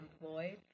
employed